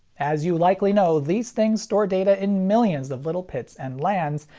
as you likely know, these things store data in millions of little pits and lands,